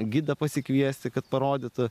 gidą pasikviesti kad parodytų